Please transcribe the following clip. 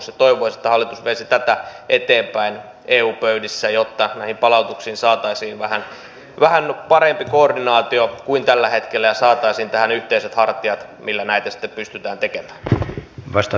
toivoisin että hallitus veisi tätä eteenpäin eu pöydissä jotta näihin palautuksiin saataisiin vähän parempi koordinaatio kuin tällä hetkellä ja saataisiin tähän yhteiset hartiat millä näitä sitten pystytään tekemään